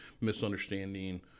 misunderstanding